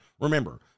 Remember